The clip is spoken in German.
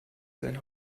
seinen